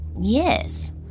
Yes